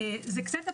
זה קצת אבסורד,